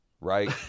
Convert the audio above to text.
Right